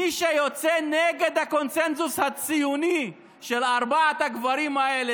מי שיוצא נגד הקונסנזוס הציוני של ארבעת הגברים האלה,